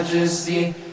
Majesty